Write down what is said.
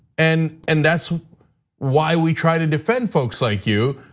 and and that's why we try to defend folks like you,